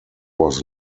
was